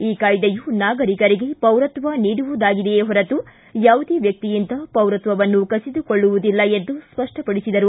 ಈ ಕಾಯ್ದೆಯು ನಾಗರಿಕರಿಗೆ ಪೌರತ್ವ ನೀಡುವುದಾಗಿದೆಯೇ ಹೊರತು ಯಾವುದೇ ವ್ವಕ್ತಿಯಿಂದ ಪೌರತ್ವವನ್ನು ಕಸಿದುಕೊಳ್ಳುವುದಿಲ್ಲ ಎಂದು ಸ್ಪಷ್ಟಪಡಿಸಿದರು